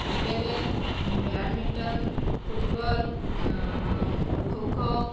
cricket badminton football ଯେଉଁ ଖୋଖୋ